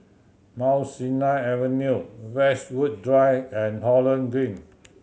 Mount Sinai Avenue Westwood Drive and Holland Green